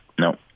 No